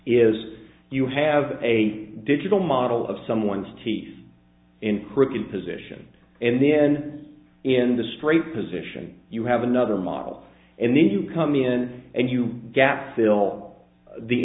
is you have a digital model of someone's teeth in cricket position and then in the straight position you have another model and then you come in and you gap fill the